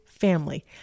family